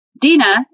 Dina